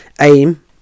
aim